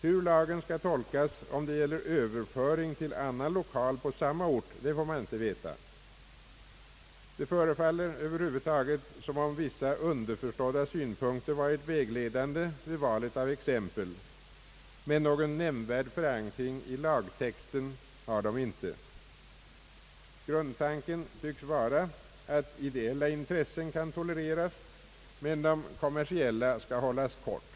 Hur lagen skall tolkas om det gäller överföring till annan lokal på samma ort får vi inte veta. Det förefaller som om vissa underförstådda synpunkter varit vägledande vid valet av exempel, men någon nämnvärd förankring av lagtexten har de inte. Grundtanken synes vara att ideella intressen kan tolereras men att kommersiella skall hållas kort.